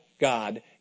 God